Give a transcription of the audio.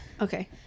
okay